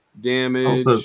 damage